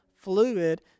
fluid